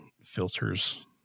filters